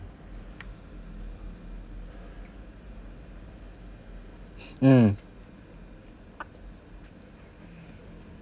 mm